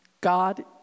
God